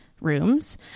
rooms